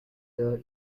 the